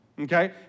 Okay